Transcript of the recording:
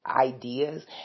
ideas